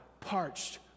parched